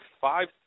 five